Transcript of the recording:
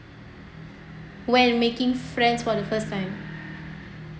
when making friends for the first time